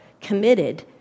committed